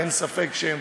אין ספק שהם